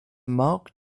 mark